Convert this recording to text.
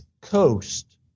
coast